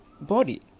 body